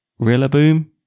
Rillaboom